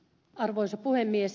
arvoisa puhemies